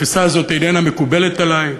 והתפיסה הזו איננה מקובלת עלי,